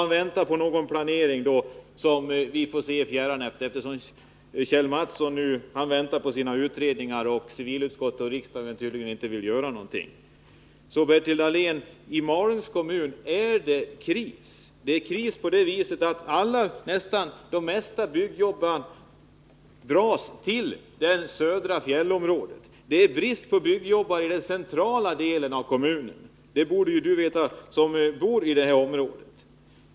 Han väntar alltså på en planering som nog lär dröja, eftersom vi nu har hört att Kjell Mattsson väntar på sina utredningar, och civilutskottet och riksdagen vill tydligen inte göra någonting. Men, Bertil Dahlén, i Malungs kommun är det kris. Det är kris eftersom de flesta byggjobbarna dras till de södra fjällområdena. Det är brist på byggjobbare i den centrala delen av kommunen. Det borde ju Bertil Dahlén veta som bor i det här området.